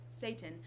Satan